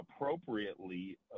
appropriately